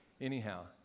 Anyhow